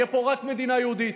תהיה פה רק מדינה יהודית.